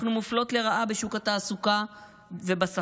אנחנו מופלות לרעה בשוק התעסוקה ובשכר,